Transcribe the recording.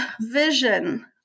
vision